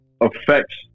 Affects